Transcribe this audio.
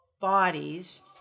bodies